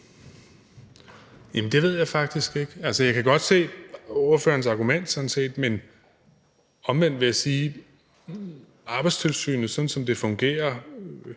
Jamen det ved jeg faktisk ikke. Jeg kan sådan set godt se ordførerens argument, men omvendt vil jeg sige, at Arbejdstilsynet, sådan som det fungerer